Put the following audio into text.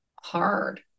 hard